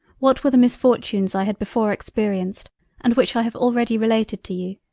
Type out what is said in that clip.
what were the misfortunes i had before experienced and which i have already related to you,